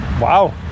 wow